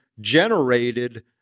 generated